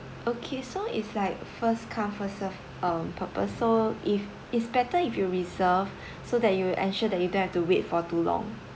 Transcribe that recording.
okay so it's like first come first served um purpose so if it's better if you reserve so that you will ensure that you don't have to wait for too long